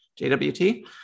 JWT